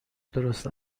درست